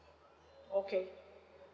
okay